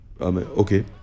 okay